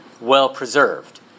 well-preserved